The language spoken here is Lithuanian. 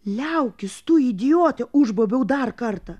liaukis tu idiote užbaubiau dar kartą